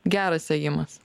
geras ėjimas